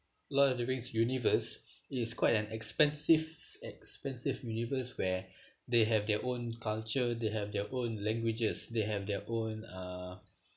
lord of the rings universe it is quite an expansive expansive universe where they have their own culture they have their own languages they have their own uh